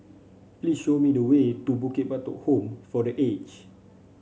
please show me the way to Bukit Batok Home for The Aged